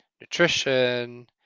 nutrition